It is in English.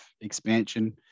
expansion